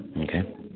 okay